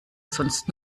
sonst